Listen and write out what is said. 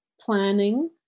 planning